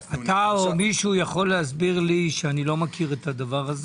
אתה או מישהו יכול להסביר לי, שאיני מכיר את זה,